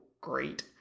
great